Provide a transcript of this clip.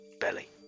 belly